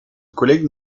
collègue